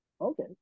Okay